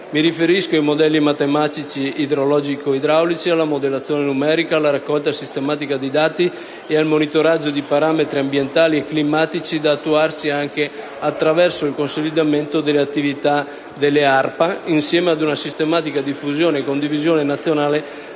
mi riferisco ai modelli matematici idrologico-idraulici, alla modellazione numerica, alla raccolta sistematica di dati e al monitoraggio di parametri ambientali e climatici da attuarsi anche attraverso il consolidamento delle attività delle ARPA, insieme ad una sistematica diffusione e condivisione nazionale